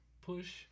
push